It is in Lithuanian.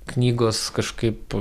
knygos kažkaip